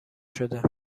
شده